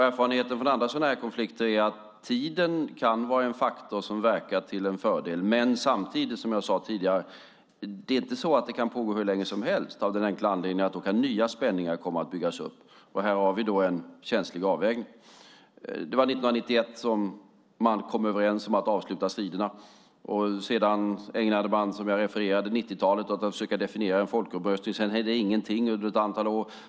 Erfarenheten från andra sådana här konflikter är att tiden kan vara en faktor som verkar till en fördel. Men samtidigt, som jag sade tidigare, kan det inte pågå hur länge som helst, av den enkla anledningen att nya spänningar då kan komma att byggas upp. Här har vi en känslig avvägning. Det var 1991 som man kom överens om att avsluta striderna. Man ägnade, som jag refererade, 90-talet åt att försöka definiera en folkomröstning. Därefter hände ingenting under ett antal år.